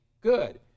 good